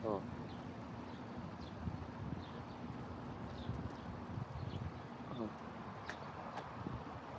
હ હ